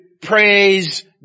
praise